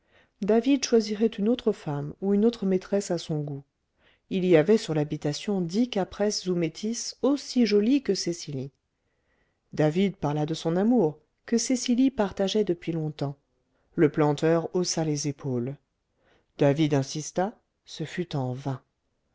david choisirait une autre femme ou une autre maîtresse à son goût il y avait sur l'habitation dix capresses ou métisses aussi jolies que cecily david parla de son amour que cecily partageait depuis longtemps le planteur haussa les épaules david insista ce fut en vain